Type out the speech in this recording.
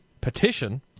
Petition